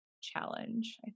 challenge